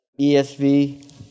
ESV